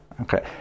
Okay